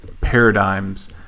paradigms